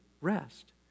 rest